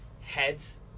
Heads